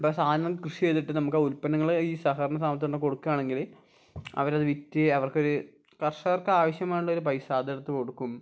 ഇപ്പോൾ സാധനം കൃഷി ചെയ്തിട്ട് നമുക്ക് ഉൽപ്പന്നങ്ങൾ ഈ സഹകരണ സ്ഥാപനത്തിൽ തന്നെ കൊടുക്കുകയാണെങ്കിൽ അവരത് വിറ്റ് അവർക്കൊരു കർഷകർക്കാവിശ്യമായുള്ളൊരു പൈസ അതെടുത്ത് കൊടുക്കും